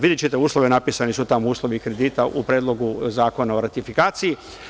Videćete uslove, napisani su tamo uslovi kredita u Predlogu zakona o ratifikaciji.